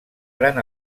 gran